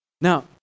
Now